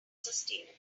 sustainable